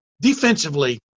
defensively